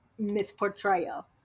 misportrayal